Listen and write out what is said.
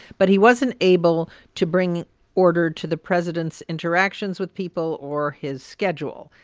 but he wasn't able to bring order to the president's interactions with people or his schedule.